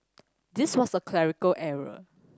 this was a clerical error